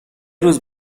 روز